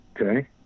okay